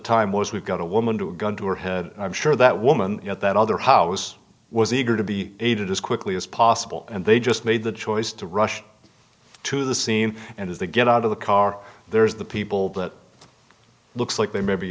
time wars we've got a woman to a gun to her head i'm sure that woman at that other house was eager to be aided as quickly as possible and they just made the choice to rush to the scene and as they get out of the car there's the people that looks like they maybe